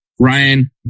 Ryan